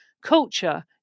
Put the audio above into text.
Culture